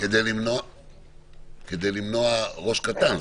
כדי למנוע ראש קטן.